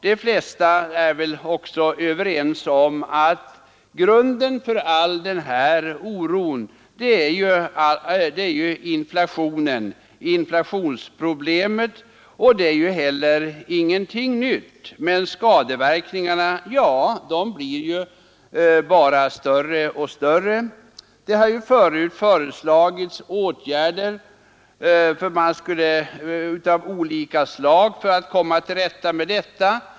De flesta är väl överens om att grunden för all den här oron är inflationsproblemet. Det är ju ingenting nytt, men skadeverkningarna blir bara större och större. Åtgärder av olika slag har tidigare föreslagits för att man skulle komma till rätta med problemet.